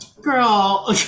girl